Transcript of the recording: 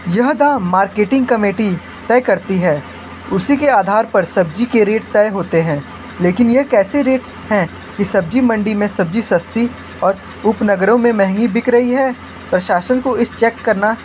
यह दाम marketing committee तय करती है उसी के आधार पर सब्जी के रेट तय होते हैं लेकिन ये कैसे रेट हैं कि सब्जी मंडी में सब्जी सस्ती और उपनगरों में महंगी बिक रही है प्रशासन को इसे चेक करना